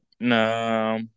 no